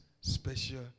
special